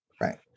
right